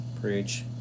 Preach